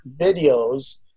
videos